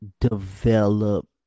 develop